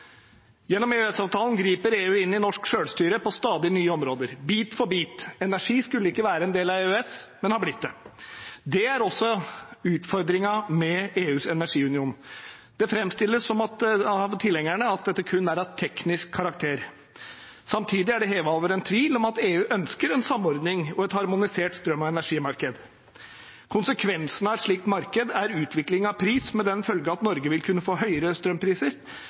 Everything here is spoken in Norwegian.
Gjennom EØS-avtalen griper EU inn i norsk sjølstyre på stadig nye områder, bit for bit. Energi skulle ikke være en del av EØS, men har blitt det. Det er også utfordringen med EUs energiunion. Det framstilles av tilhengerne som at dette kun er av teknisk karakter. Samtidig er det hevet over enhver tvil at EU ønsker en samordning og et harmonisert strøm- og energimarked. Konsekvensen av et slikt marked er en utvikling av pris med den følge at vi vil kunne få høyere strømpriser,